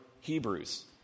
Hebrews